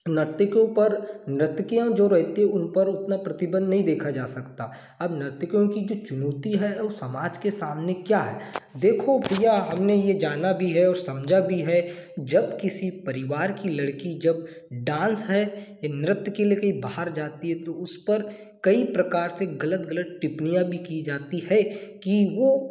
नर्तिकियों पर नर्तिकियाँ जो रहती हैं उन पर उतना प्रतिबंध नहीं देखा जा सकता अब नर्तिकियों की जो चुनौती है वो समाज के सामने क्या है देखो भैया हमने ये जाना भी है और समझा भी है जब किसी परिवार की लड़की जब डांस है या नृत्य के लिए कहीं बाहर जाती है तो उस पर कई प्रकार से गलत गलत टिप्पणियाँ भी की जाती हैं कि वो